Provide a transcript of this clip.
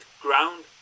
ground